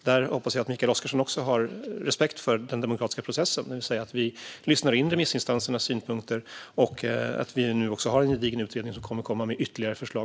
Jag hoppas att Mikael Oscarsson har respekt för den demokratiska processen, det vill säga att vi lyssnar in remissinstansernas synpunkter och att det finns en pågående gedigen utredning som framöver kommer med ytterligare förslag.